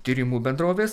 tyrimų bendrovės